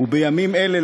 ובימים אלה,